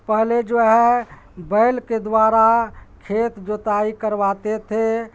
پہلے جو ہے بیل کے دوارا کھیت جوتائی کرواتے تھے